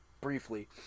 briefly